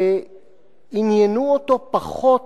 עניינו אותו פחות